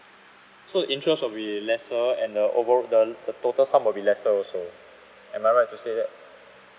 so interest will be lesser and the overall the the total sum will be lesser also am I right to say that